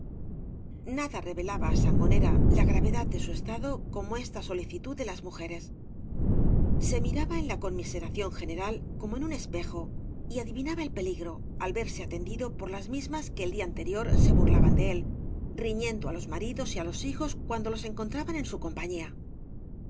nada revelaba á sangonera la gravedad de su estado como esta solicitud de las mujeres se miraba en la conmiseración general como en un espejo y adivinaba el peligro al verse atendido por v blasco ibánez las mismas que el día anterior be burlaban de éí riñendo á los maridos y á los hijos cuando los encontraban en u compañía